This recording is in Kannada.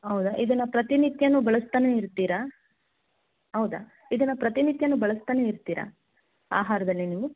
ಹೌದ ಇದನ್ನು ಪ್ರತಿನಿತ್ಯನೂ ಬಳಸ್ತಾನೇ ಇರ್ತೀರಾ ಹೌದ ಇದನ್ನು ಪ್ರತಿನಿತ್ಯನೂ ಬಳಸ್ತಾನೇ ಇರ್ತೀರಾ ಆಹಾರದಲ್ಲಿ ನೀವು